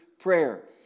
prayer